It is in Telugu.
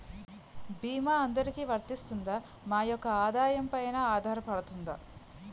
భీమా అందరికీ వరిస్తుందా? మా యెక్క ఆదాయం పెన ఆధారపడుతుందా?